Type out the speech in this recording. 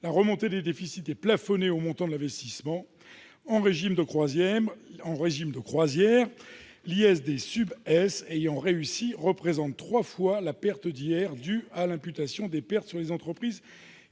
La remontée des déficits est plafonnée au montant de l'investissement. En régime de croisière, l'IS des ayant réussi représente trois fois la perte d'IR due à l'imputation des pertes sur les entreprises